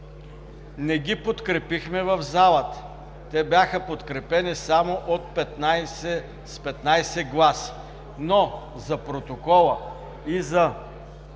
не ги подкрепихме в залата. Те бяха подкрепени само с 15 гласа. Но за протокола и за